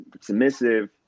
submissive